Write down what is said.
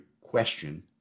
question